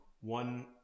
one